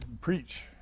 preach